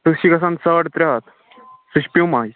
سُہ چھُ گژھان ساڑ ترٛےٚ ہَتھ سُہ چھِ پیٛوٗماہٕچ